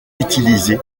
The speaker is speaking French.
utilisée